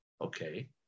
okay